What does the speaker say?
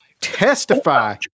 Testify